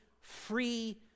free